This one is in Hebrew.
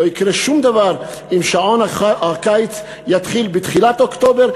לא יקרה שום דבר אם שעון הקיץ יסתיים בתחילת אוקטובר,